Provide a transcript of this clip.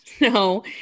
No